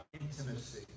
intimacy